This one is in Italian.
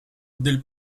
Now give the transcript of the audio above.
del